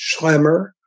Schlemmer